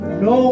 no